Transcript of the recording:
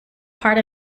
part